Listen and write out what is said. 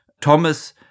Thomas